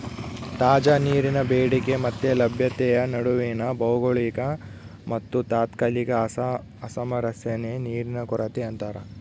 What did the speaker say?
ತಾಜಾ ನೀರಿನ ಬೇಡಿಕೆ ಮತ್ತೆ ಲಭ್ಯತೆಯ ನಡುವಿನ ಭೌಗೋಳಿಕ ಮತ್ತುತಾತ್ಕಾಲಿಕ ಅಸಾಮರಸ್ಯನೇ ನೀರಿನ ಕೊರತೆ ಅಂತಾರ